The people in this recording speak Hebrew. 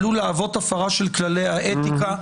עלול להוות הפרה של כללי האתיקה.